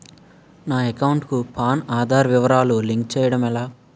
నా అకౌంట్ కు పాన్, ఆధార్ వివరాలు లింక్ చేయటం ఎలా?